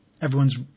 everyone's